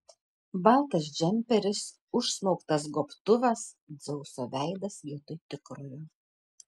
baltas džemperis užsmauktas gobtuvas dzeuso veidas vietoj tikrojo